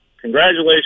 Congratulations